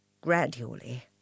Gradually